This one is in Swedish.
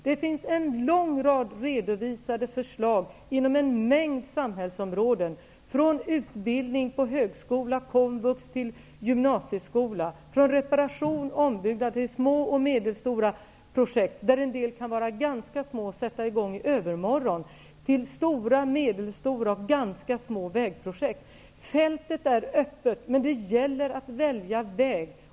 Det finns en lång rad redovisade förslag inom en mängd samhällsområden, från utbildning på högskola och Komvux till gymnasieskola från reparation och ombyggnad när det gäller små och medelstora projekt -- där en del kan vara ganska små och som kan sättas i gång i övermorgon -- till stora, medelstora och ganska små vägprojekt. Fältet är öppet, men det gäller att välja väg.